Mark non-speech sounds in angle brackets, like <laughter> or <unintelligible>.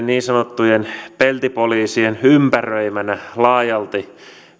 <unintelligible> niin sanottujen peltipoliisien ympäröimänä laajalti